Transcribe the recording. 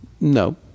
No